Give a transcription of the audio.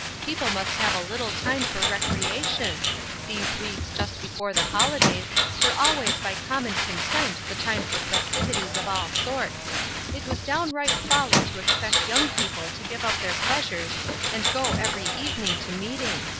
people must have a little time for recreation these weeks just before the holidays were always by common consent the time for festivities of all sorts it was downright folly to expect young people to give up their pleasures and go every evening to meeting.